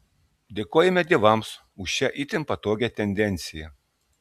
dėkojame dievams už šią itin patogią tendenciją